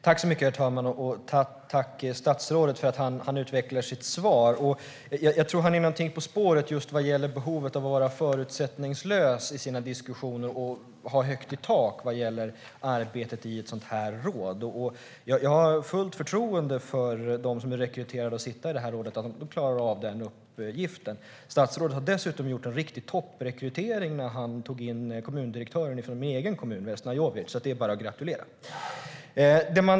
Herr talman! Jag tackar statsrådet för att han utvecklar sitt svar. Jag tror att han är något på spåret när det gäller behovet av att vara förutsättningslös i diskussioner och att ha högt i tak vad gäller arbetet i ett sådant här råd. Jag har fullt förtroende för att de som har rekryterats till rådet klarar av sin uppgift. Statsrådet gjorde dessutom en topprekrytering när han tog in kommundirektören från min hemkommun, Vesna Jovic. Det är bara att gratulera.